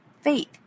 faith